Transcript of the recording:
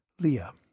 Leah